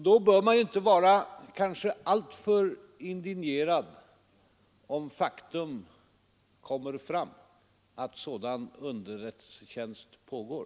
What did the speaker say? Då bör man inte vara alltför indignerad, om det faktum kommer fram att sådan underrättelsetjänst pågår.